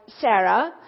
sarah